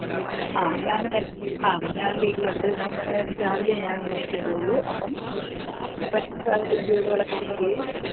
മ് ഞാനും എൻ്റെ ഞാന് വീട്ടിലുണ്ട് ഞാന് രാവിലെയെ ഞാൻ ഡ്യൂട്ടിക്ക് പോകുകയുള്ളൂ അപ്പം എനിക്ക് പറ്റുന്ന ജോലികളൊക്കെ ഞാൻ ചെയ്യും